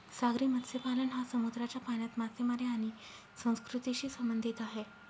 सागरी मत्स्यपालन हा समुद्राच्या पाण्यात मासेमारी आणि संस्कृतीशी संबंधित आहे